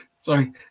sorry